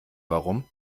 warum